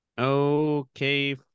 okay